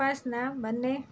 ઉપાસના મને